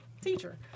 teacher